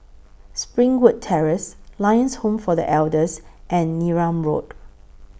Springwood Terrace Lions Home For The Elders and Neram Road